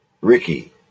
Ricky